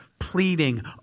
pleading